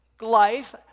life